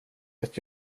ett